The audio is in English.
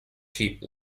keep